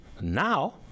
Now